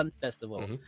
festival